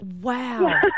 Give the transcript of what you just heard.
Wow